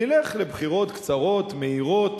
נלך לבחירות קצרות, מהירות,